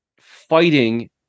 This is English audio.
fighting